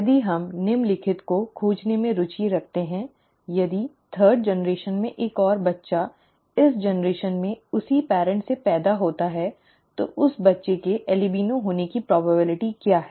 यदि हम निम्नलिखित को खोजने में रुचि रखते हैं यदि तीसरी पीढ़ी में एक और बच्चा इस पीढ़ी में उसी माता पिता से पैदा होता है तो उस बच्चे के अल्बिनो होने की संभावना क्या है ठीक है